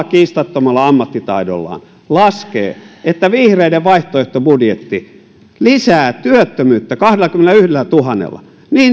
kiistattomalla ammattitaidollaan laskee että vihreiden vaihtoehtobudjetti lisää työttömyyttä kahdellakymmenellätuhannella